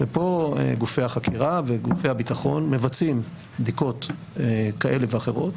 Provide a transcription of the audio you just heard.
ופה גופי החקירה וגופי הביטחון מבצעים בדיקות כאלה ואחרות,